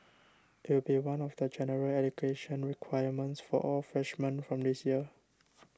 it will be one of the general education requirements for all freshmen from this year